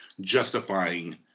justifying